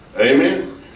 Amen